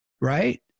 Right